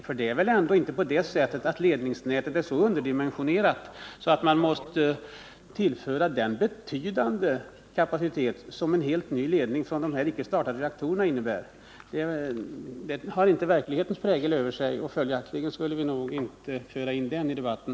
För det är väl ändå inte på det sättet att ledningsnätet är så underdimensionerat att man måste tillföra det den betydande kapacitet som en helt ny ledning från de icke startade reaktorerna innebär? Detta bär inte verklighetens prägel, och följaktligen skulle vi nog inte föra in det i debatten.